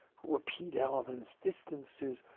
repeat elements, distances.